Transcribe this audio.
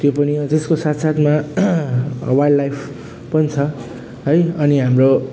त्यो पनि अन्त त्यसको साथसाथमा वाइल्ड लाइफ पनि छ है अनि हाम्रो